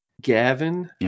Gavin